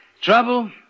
Trouble